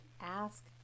ask